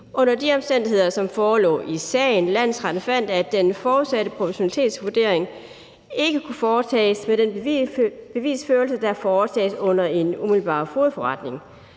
Under de omstændigheder, som forelå i sagen, fandt landsretten, at den forudsatte proportionalitetsvurdering ikke kunne foretages ved den bevisførelse, der foretages under en umiddelbar fogedforretning.